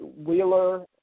Wheeler